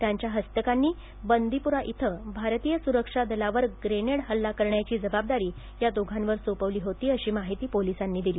त्यांच्या हस्तकांनी बंदिपुरा इथ भारतीय सुरक्षा दलांवर ग्रेनेड हल्ला करण्याची जबाबदारी या दोघांवर सोपवली होती अशी माहिती पोलीसांनी दिली